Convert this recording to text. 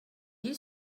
you